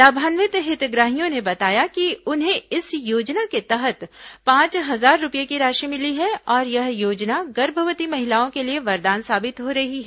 लाभान्वित हितग्राहियों ने बताया कि उन्हें इस योजना के तहत पांच हजार रूपये की राशि मिली है और यह योजना गर्भवती महिलाओं के लिए वरदान साबित हो रही है